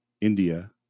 India